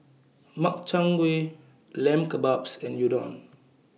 Makchang Gui Lamb Kebabs and Udon